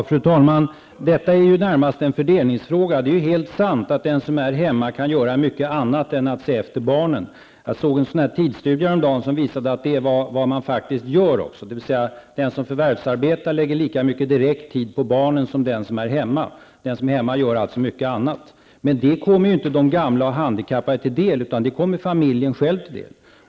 Fru talman! Detta är närmast en fördelningsfråga. Det är sant att den som är hemma kan göra mycket annat än att se efter barnen. Häromdagen såg jag i en tidsstudie att det är också vad man faktiskt gör, dvs. den som förvärvsarbetar lägger lika mycket direkt tid på barnen som den som är hemma. En hemarbetande kan alltså göra mycket annat. Men detta kommer ju inte de gamla och handikappade till del, utan det har familjen själv nytta av.